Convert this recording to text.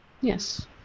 Yes